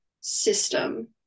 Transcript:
system